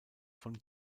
von